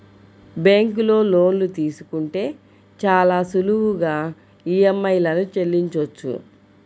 బ్యేంకులో లోన్లు తీసుకుంటే చాలా సులువుగా ఈఎంఐలను చెల్లించొచ్చు